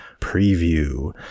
preview